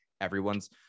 everyone's